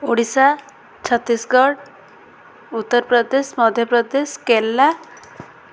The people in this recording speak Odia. ଓଡ଼ିଶା ଛତିଶଗଡ଼ ଉତ୍ତରପ୍ରଦେଶ ମଧ୍ୟପ୍ରଦେଶ କେରଳ